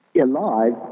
alive